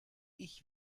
ich